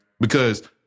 Because-